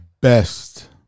best